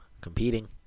Competing